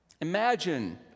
imagine